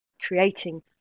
creating